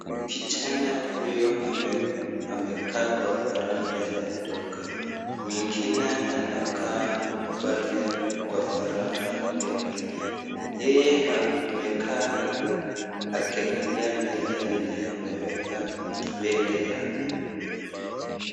Kijana huyo amekaa kwa varanda ya duka. Mwingine anakaa pale kwa varanda pengine. Yeye amekaa akilalia meza yenye ameweka mbele yake.